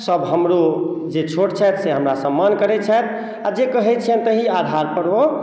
सभ हमरो जे छोट छथि से हमरा सम्मान करैत छथि आ जे कहै छियनि ताहि आधारपर ओ